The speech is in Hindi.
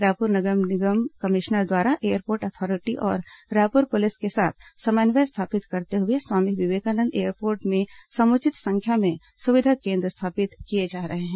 रायपुर नगर निगम कमिश्नर द्वारा एयरपोर्ट अथॉरिटी और रायपुर पुलिस के साथ समन्वय स्थापित करते हुए स्वामी विवेकानंद एयरपोर्ट में समुचित संख्या में सुविधा केन्द्र स्थापित किए जा रहे हैं